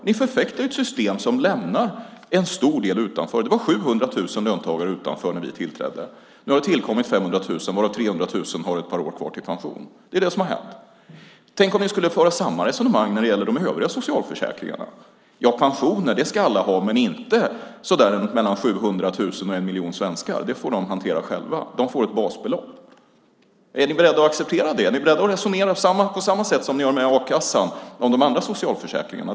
Ni förfäktar ett system som lämnar en stor del utanför. Det var 700 000 löntagare som var utanför när vi tillträdde. Nu har det tillkommit 500 000, varav 300 000 har ett par år kvar till pension. Det är det som har hänt. Tänk om ni skulle föra samma resonemang när det gäller de övriga socialförsäkringarna! Pensioner ska alla ha, skulle ni säga, men inte 500 000-700 000 svenskar. Det får de hantera själva. De får ett basbelopp. Är ni beredda att acceptera det? Är ni beredda att resonera om a-kassan på samma sätt som ni gör när det gäller de andra socialförsäkringarna?